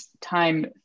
time